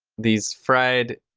these fried